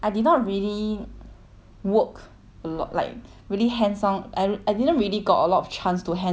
work a lot like really hands on I I didn't really got a lot of chance to hands on do some hands on work you know